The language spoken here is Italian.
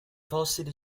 fossili